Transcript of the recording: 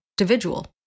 individual